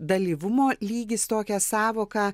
dalyvumo lygis tokią sąvoką